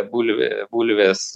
bulvė bulvės